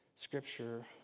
scripture